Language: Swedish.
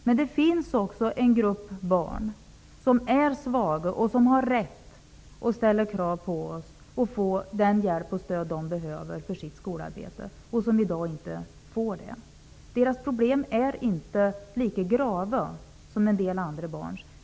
Det finns emellertid också en grupp barn som är svaga och som har rätt att ställa krav på oss och få den hjälp och det stöd som de behöver för sitt skolarbete men som de i dag inte får. De här barnens problem är inte lika grava som de problem som en del andra barn har.